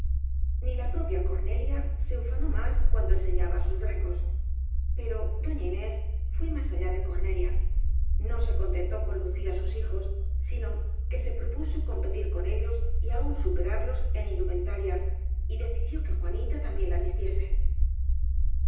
ni la propia cornelia se ufanó más cuando enseñaba á sus qracos pero doña inés filé más allá de cornelia no se contentó con lucir á sus hijos sino que se propuso competir con ellos y aun superarlos en indumentaria y decidió que juanita también la vistiese